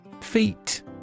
Feet